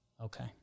Okay